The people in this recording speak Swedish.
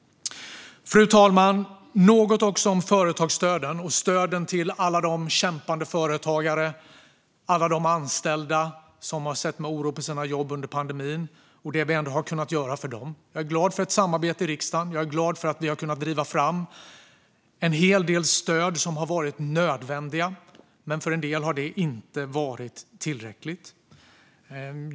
Fru talman! Låt mig också säga något om företagsstöden - stöden till alla de kämpande företagarna och alla de anställda som har sett med oro på sina jobb under pandemin - och om det vi ändå har kunnat göra genom dem. Jag är glad för samarbetet i riksdagen. Jag är glad för att vi har kunnat driva fram en hel del stöd som har varit nödvändiga. Men för en del har de inte varit tillräckliga.